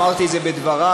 אמרתי את זה בדברי,